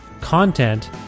content